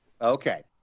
Okay